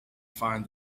find